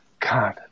God